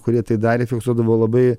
kurie tai darė fiksuodavo labai